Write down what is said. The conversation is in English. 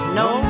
no